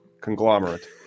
conglomerate